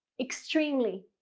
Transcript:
extremely,